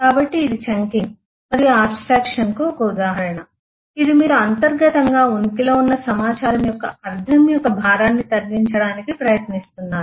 కాబట్టి ఇది చంకింగ్ మరియు ఆబ్స్ట్రక్షన్ కు ఒక ఉదాహరణ ఇది మీరు అంతర్గతంగా ఉనికిలో ఉన్న సమాచారం యొక్క అర్థం యొక్క భారాన్ని తగ్గించడానికి ప్రయత్నిస్తున్నారు